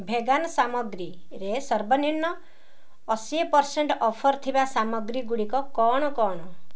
vegan ସାମଗ୍ରୀରେ ସର୍ବନିମ୍ନ ଅଶୀଏ ପରସେଣ୍ଟ୍ ଅଫର୍ ଥିବା ସାମଗ୍ରୀଗୁଡ଼ିକ କ'ଣ କ'ଣ